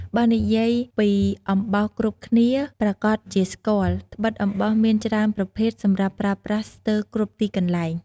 បើនិយាយពីអំបោសគ្រប់គ្នាប្រាកដជាស្គាល់ ត្បិតអំបោសមានច្រើនប្រភេទសម្រាប់ប្រើប្រាស់ស្ទើគ្រប់ទីកន្លែង ។